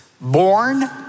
Born